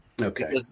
Okay